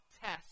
test